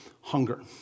Hunger